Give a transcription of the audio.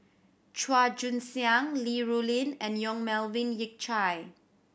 Chua Joon Siang Li Rulin and Yong Melvin Yik Chye